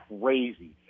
crazy